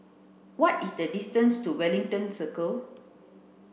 what is the distance to Wellington Circle